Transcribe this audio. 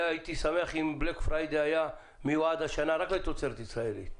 הייתי שמח אם Black Friday היה מיועד השנה רק לתוצרת ישראלית.